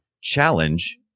challenge